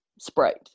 Sprite